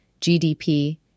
GDP